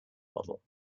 model